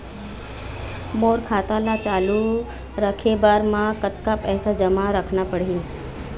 मोर खाता ला चालू रखे बर म कतका पैसा जमा रखना पड़ही?